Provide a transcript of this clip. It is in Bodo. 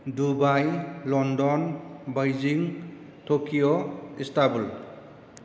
Dubai London Beijing Tokyo Istanbul